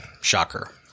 Shocker